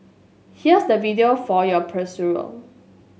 here's the video for your perusal